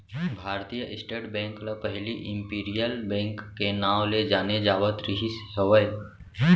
भारतीय state bank ल पहिली इम्पीरियल बेंक के नांव ले जाने जावत रिहिस हवय